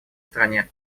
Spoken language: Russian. стране